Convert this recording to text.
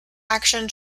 action